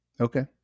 Okay